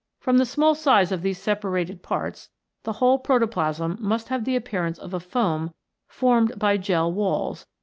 from the small size of these separated parts the whole protoplasm must have the appearance of a foam formed by gel walls,